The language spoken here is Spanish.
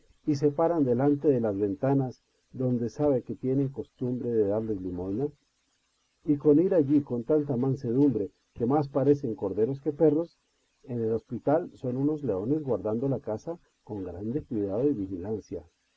y se paran delante de las ventanas donde saben que tienen costumbre de darles limosna y con ir allí con tanta mansedumbre que más parecen corderos que perros en el hospital son unos leones guardando la casa con grande cuidado y vigilancia